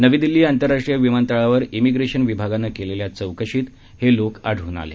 नवी दिल्ली आंतरराष्ट्रीय विमानतळावर मिग्रेशन विभागानं केलेल्या चौकशीत हे लोक आढळून आलं